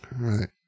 Right